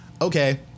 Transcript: okay